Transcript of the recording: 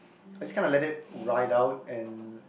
I just kind of let it ride out and